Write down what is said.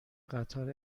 قطار